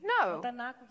No